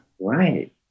Right